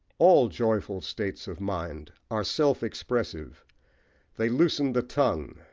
all joyful states of mind, are self-expressive they loosen the tongue,